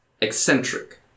Eccentric